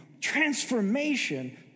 Transformation